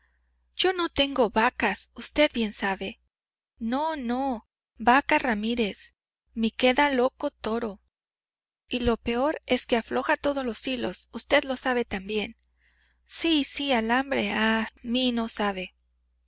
yo no tengo vacas usted bien sabe no no vaca ramírez mí queda loco toro y lo peor es que afloja todos los hilos usted lo sabe también sí sí alambre ah mí no sabe